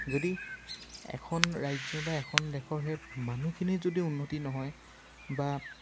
যদি এখন ৰাজ্য বা এখন দেশৰ সেই মানুহখিনিৰ যদি উন্নতি নহয় বা